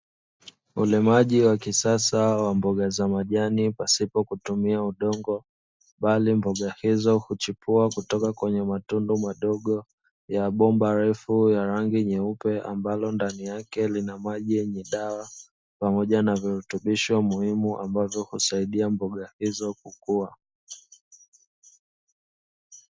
Ulimaji wa kisasa wa mboga za majani pasipo kutumia udongo bali mboga hizo huchipua kutoka kwenye matundu madogo ya bomba refu la rangi nyeupe, ambalo ndani yake lina maji yenye dawa pamoja na virutubisho muhimu ambazo husaidia mboga hizo kukua.